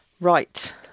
Right